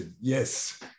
yes